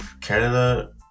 Canada